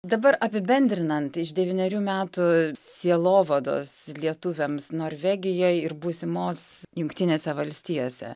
dabar apibendrinant iš devynerių metų sielovados lietuviams norvegijoj ir būsimos jungtinėse valstijose